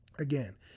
again